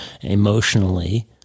emotionally